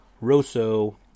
Rosso